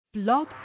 Blog